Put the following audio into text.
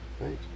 Right